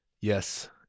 Yes